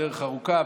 בדרך הארוכה,